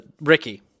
Ricky